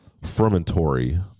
fermentory